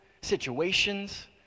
situations